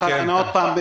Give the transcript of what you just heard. עוד פעם,